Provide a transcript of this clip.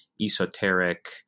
esoteric